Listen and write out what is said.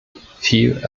viel